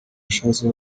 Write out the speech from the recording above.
ashatse